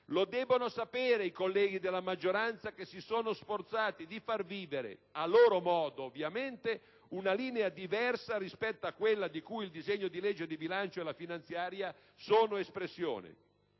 Lo devono sapere i colleghi della maggioranza che si sono sforzati di far vivere - a modo loro ovviamente - una linea diversa rispetto a quella di cui il disegno di legge di bilancio e la finanziaria sono espressione: